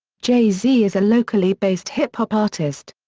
j-zee is a locally based hip-hop artist.